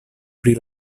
pri